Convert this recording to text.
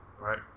right